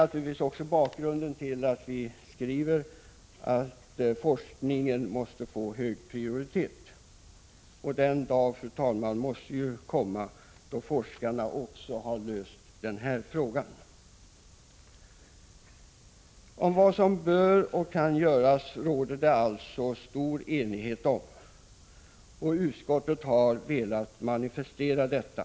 Naturligtvis är detta bakgrunden till vår skrivning om att forskningen måste få hög prioritet. Den dagen, fru talman, måste ju komma då forskarna har löst även denna fråga. Om vad som bör och kan göras råder det således stor enighet. Utskottet har velat manifestera detta.